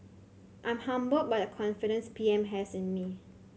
I'm humbled by the confidence P M has in me